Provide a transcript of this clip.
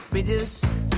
Reduce